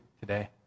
today